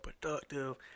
productive